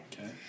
Okay